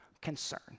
concern